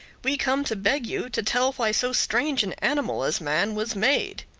we come to beg you to tell why so strange an animal as man was made.